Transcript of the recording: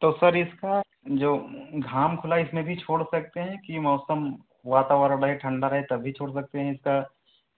तो सर इसका जो घाम खुला इसमें भी छोड़ सकते हैं कि मौसम वातावरण रहे ठंडा रहे तभी छोड़ सकते हैं इसका